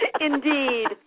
Indeed